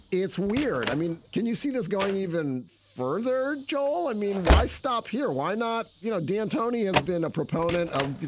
it's weird. i mean, can you see this going even further? joel, i mean, why stop here? why not? you know, d'antoni has been a proponent of, you